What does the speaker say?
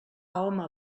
home